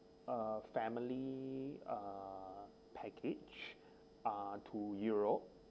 a family uh package uh to europe